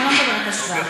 אני לא מדברת על השוואה,